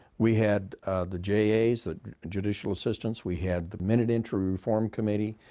we had the jas, the judicial assistants. we had the minute entry reform committee.